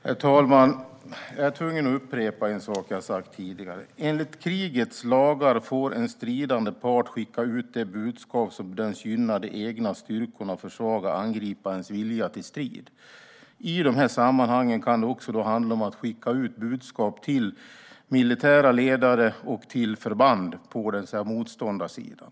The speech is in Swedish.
Herr talman! Jag är tvungen att upprepa vad jag har sagt tidigare: Enligt krigets lagar får en stridande part skicka ut det budskap som bedöms gynna de egna styrkorna och försvaga angriparens vilja till strid. I de här sammanhangen kan det också handla om att skicka ut budskap till militära ledare och till förband på motståndarsidan.